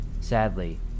Sadly